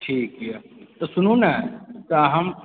ठीक यऽ तऽ सुनूने तऽ हम